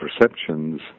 perceptions